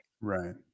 Right